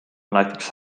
näiteks